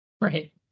right